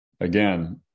again